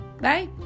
bye